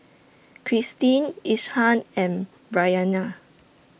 Christene Ishaan and Bryanna